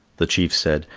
the chief said,